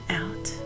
out